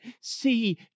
see